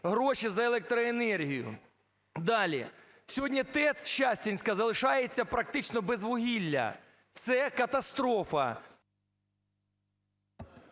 гроші за електроенергію? Далі. Сьогодні ТЕЦ Щастинська залишається практично без вугілля. Це катастрофа…